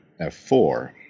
F4